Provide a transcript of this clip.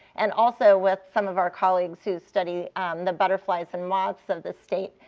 and also with some of our colleagues who study the butterflies and moths of the state,